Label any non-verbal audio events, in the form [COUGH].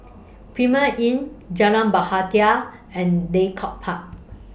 Premier Inn Jalan [UNINTELLIGIBLE] and Draycott Park